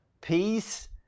peace